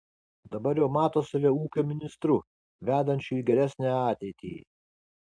dabar jau mato save ūkio ministru vedančiu į geresnę ateitį